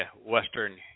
Western